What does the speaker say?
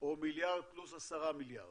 או מיליארד פלוס עשרה מיליארד,